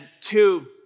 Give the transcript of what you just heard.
two